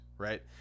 Right